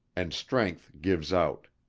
and strength gives out.